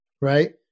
Right